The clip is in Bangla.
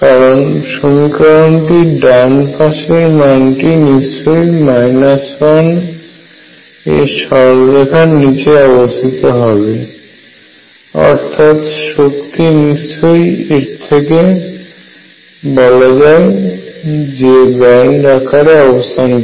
কারণ সমীকরণটির ডান পাশের মানটি নিশ্চয়ই 1 এর সরলরেখার নীচে অবস্থিত হবে অর্থাৎ শক্তি নিশ্চয়ই এর থেকে বলা যায় ব্যান্ড আকারে অবস্থান করে